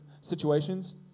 situations